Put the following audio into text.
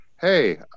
Hey